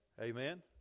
Amen